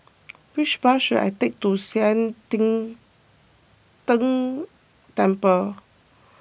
which bus should I take to Sian Teck Tng Temple